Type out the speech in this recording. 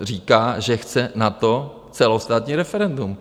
Říká, že chce na to celostátní referendum.